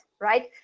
right